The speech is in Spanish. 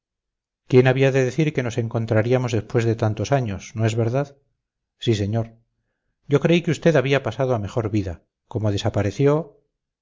quién había de decir que nos encontraríamos después de tantos años no es verdad sí señor yo creí que usted había pasado a mejor vida como desapareció